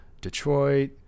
Detroit